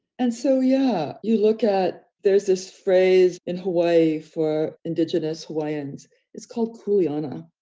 and so yeah, you look at there's this phrase in hawaii for indigenous hawaiians is called kulyana.